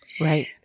Right